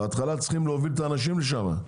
בהתחלה צריך להוביל את האנשים לשם.